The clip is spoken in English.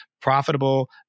profitable